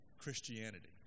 Christianity